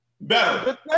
better